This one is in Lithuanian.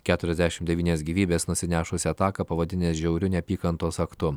keturiasdešim devynias gyvybes nusinešusią ataką pavadinęs žiauriu neapykantos aktu